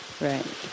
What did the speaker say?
Right